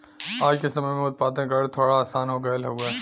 आज के समय में उत्पादन करल थोड़ा आसान हो गयल हउवे